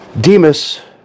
Demas